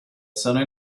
sono